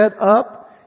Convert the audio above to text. up